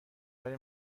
ولی